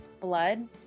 blood